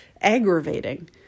aggravating